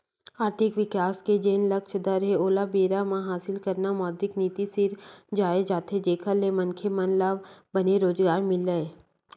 आरथिक बिकास के जेन लक्छ दर हे ओला बेरा म हासिल करना मौद्रिक नीति सिरजाये जाथे जेखर ले मनखे मन ल बने रोजगार मिलय